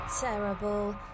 Terrible